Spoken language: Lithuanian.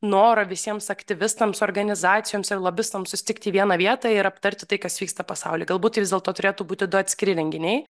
noro visiems aktyvistams organizacijoms ir lobistams susitikt į vieną vietą ir aptarti tai kas vyksta pasauly galbūt tai vis dėlto turėtų būti du atskiri renginiai